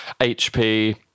HP